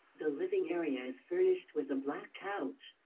the living area is furnished with a black couch,